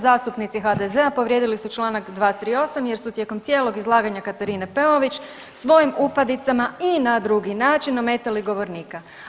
Zastupnici HDZ-a povrijedili su članak 238. jer su tijekom cijelog izlaganja Katarine Peović svojim upadicama i na drugi način ometali govornika.